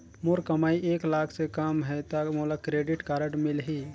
मोर कमाई एक लाख ले कम है ता मोला क्रेडिट कारड मिल ही?